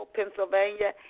Pennsylvania